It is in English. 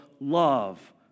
love